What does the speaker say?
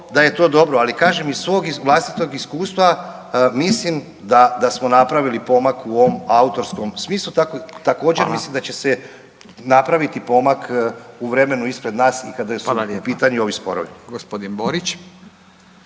da je to dobro. Ali kažem, iz svog vlastitog iskustva mislim da, da smo napravili pomak u ovom autorskom smislu. Također mislim da će se napraviti pomak u vremenu ispred nas i kada su u pitanju ovi sporovi.